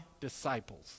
disciples